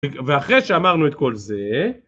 ואחרי שאמרנו את כל זה...